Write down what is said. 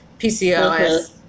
PCOS